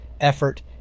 effort